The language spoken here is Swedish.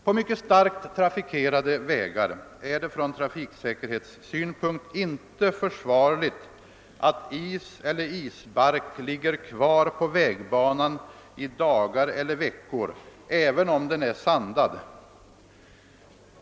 På mycket starkt trafikerade vägar är det från trafiksäkerhetssynpunkt inte försvarligt att is eller isbark ligger kvar på vägbanan i dagar eller veckor även om den är sandad.